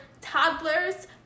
toddlers